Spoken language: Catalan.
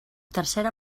tercera